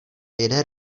jede